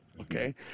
Okay